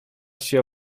się